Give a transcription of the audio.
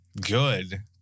good